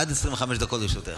עד 25 דקות לרשותך.